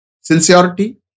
sincerity